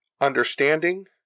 understanding